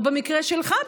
או במקרה שלך,